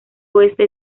oeste